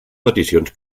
peticions